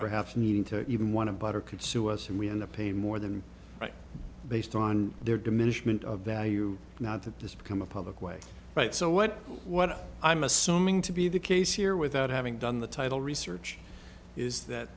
perhaps needing to even want to but or could sue us and we end up paying more than based on their diminishment of value now that this become a public way right so what what i'm assuming to be the case here without having done the title research is that